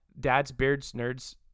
dadsbeardsnerds